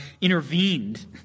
intervened